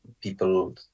people